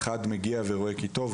אחד מגיע ורואה כי טוב,